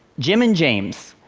jim and james,